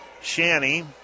Shanny